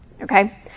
Okay